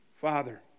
Father